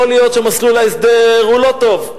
יכול להיות שמסלול ההסדר הוא לא טוב,